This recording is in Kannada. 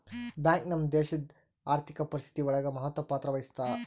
ಬ್ಯಾಂಕ್ ನಮ್ ದೇಶಡ್ ಆರ್ಥಿಕ ಪರಿಸ್ಥಿತಿ ಒಳಗ ಮಹತ್ವ ಪತ್ರ ವಹಿಸುತ್ತಾ